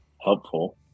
helpful